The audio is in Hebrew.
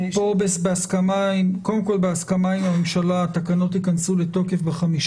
בהסכמה עם הממשלה התקנות ייכנסו לתוקף ב-5